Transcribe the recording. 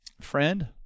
Friend